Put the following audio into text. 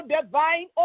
divine